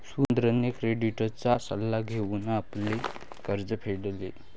सुरेंद्रने क्रेडिटचा सल्ला घेऊन आपले कर्ज फेडले